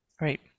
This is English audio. Right